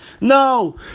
no